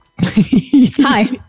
Hi